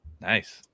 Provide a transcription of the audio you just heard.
Nice